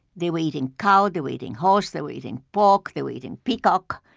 they were eating cow, they were eating horse, they were eating pork, they were eating peacock.